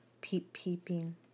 peep-peeping